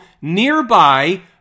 nearby